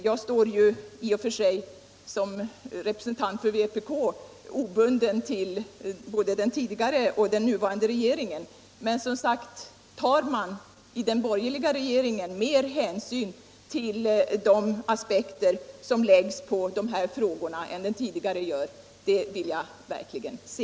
Jag står som representant för vpk obunden i förhållande till både den tidigare och den nuvarande regeringen. Men om den borgerliga regeringen tar mer hänsyn till de aspekter som bör läggas på dessa frågor än den tidigare —- det vill jag verkligen se.